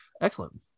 Excellent